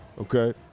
Okay